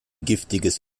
giftiges